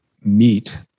meet